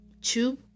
tube